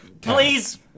Please